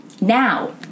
Now